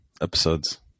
episodes